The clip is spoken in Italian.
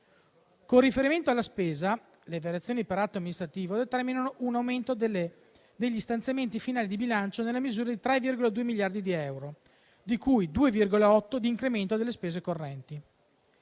Con riferimento alla spesa, le variazioni per atto amministrativo determinano un aumento degli stanziamenti finali di bilancio nella misura di 3,2 miliardi di euro, di cui 2,8 miliardi di incremento delle spese correnti.